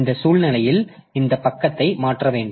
இந்த சூழ்நிலையில் இந்த பக்கத்தை மாற்ற வேண்டும்